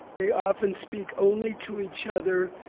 they often speak only to each other.